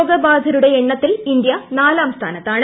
രോഗബാധിതരുടെ എണ്ണത്തിൽ ഇന്ത്യ നാലാം സ്ഥാനത്താണ്